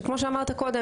שכמו שאמרת קודם,